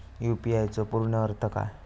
UPI चो पूर्ण अर्थ काय?